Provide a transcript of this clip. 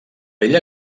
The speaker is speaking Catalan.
bell